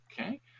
okay